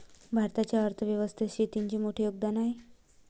भारताच्या अर्थ व्यवस्थेत शेतीचे मोठे योगदान आहे